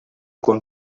quan